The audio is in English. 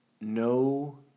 No